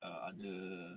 err other